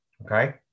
Okay